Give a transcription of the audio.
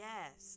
Yes